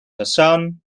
hassan